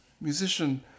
musician